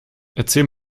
erzähl